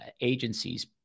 agencies